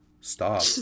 stop